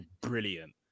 brilliant